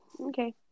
Okay